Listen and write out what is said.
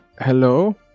Hello